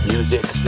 Music